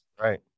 Right